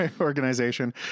organization